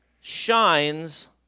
shines